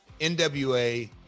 NWA